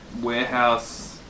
Warehouse